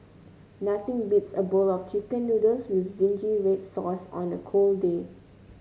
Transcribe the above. nothing beats a bowl of chicken noodles with zingy red sauce on a cold day